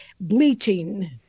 bleaching